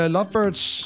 Lovebirds